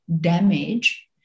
damage